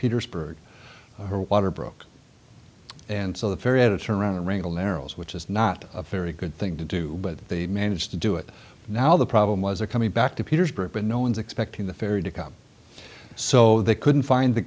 petersburg her water broke and so the ferry editor around the wrinkle narrows which is not a very good thing to do but they managed to do it now the problem was a coming back to petersburg but no one's expecting the ferry to come so they couldn't find the